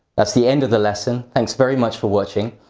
that's the end of the lesson. thanks very much for watching!